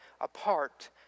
apart